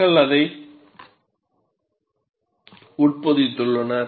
மக்கள் அதை உட்பொதித்துள்ளனர்